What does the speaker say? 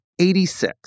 86